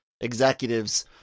executives